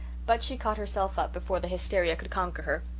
but she caught herself up before the hysteria could conquer her.